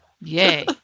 Yay